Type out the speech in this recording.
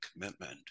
commitment